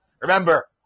Remember